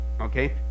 Okay